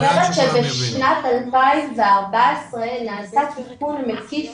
אני אומרת שבשנת 2014 נעשה תיקון מקיף